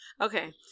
Okay